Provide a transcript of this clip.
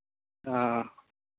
हाँ